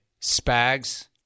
Spags